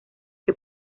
que